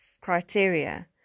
criteria